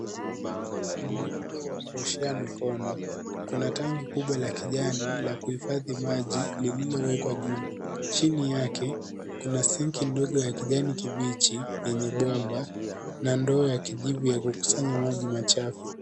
Muundo wa kuoshea mikono, kuna tangi kubwa la kijani la kuhifadhi maji lililowekwa juu. Chini yake kuna sinki ndogo ya kijani kibichi yenye bomba, na ndoo ya kijivu ya kukusanya maji machafu.